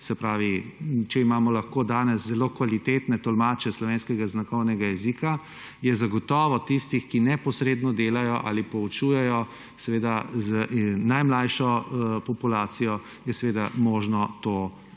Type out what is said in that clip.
se pravi, če imamo lahko danes zelo kvalitetne tolmače slovenskega znakovnega jezika –, je zagotovo tiste, ki neposredno delajo ali poučujejo najmlajšo populacijo, mogoče spraviti,